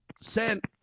sent